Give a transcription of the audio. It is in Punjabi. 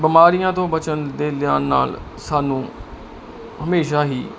ਬਿਮਾਰੀਆਂ ਤੋਂ ਬਚਣ ਦੇ ਧਿਆਨ ਨਾਲ ਸਾਨੂੰ ਹਮੇਸ਼ਾ ਹੀ